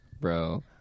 Bro